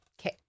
Okay